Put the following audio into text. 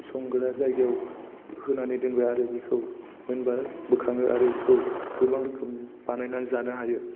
संग्रा जायगायाव होनानै दोनबाय आरो बेखौ मोनबा बोखाङो आरो बेखौ गोबां रोखोम बानायनानै जानो हायो